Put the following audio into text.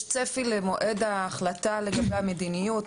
יש צפי למועד ההחלטה לגבי המדיניות?